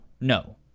no